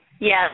Yes